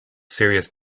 serious